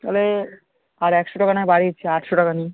তাহলে আর একশো টাকা নয় বাড়িয়ে দিচ্ছি আটশো টাকা নিন